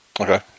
Okay